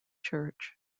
church